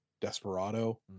desperado